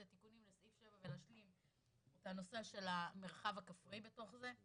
התיקונים לסעיף 7 ולהשלים את הנושא של המרחב הכפרי בתוך זה.